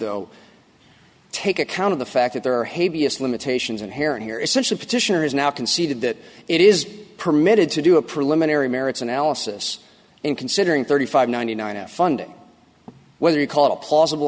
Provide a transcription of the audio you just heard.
though take account of the fact that there are hay vs limitations inherent here is such a petitioner is now conceded that it is permitted to do a preliminary merits analysis in considering thirty five ninety nine at funding whether you call a plausible